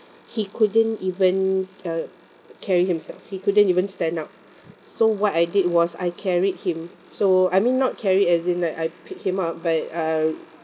he couldn't even uh carry himself he couldn't even stand up so what I did was I carried him so I mean not carried as in like I pick him up but uh